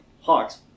Hawks